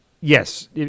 yes